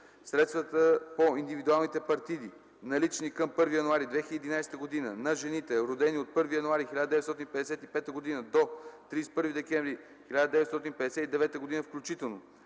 Средствата по индивидуалните партиди, налични към 1 януари 2011 г., на жените, родени от 1 януари 1955 г. До 31 декември 1959 г. включително,